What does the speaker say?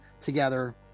together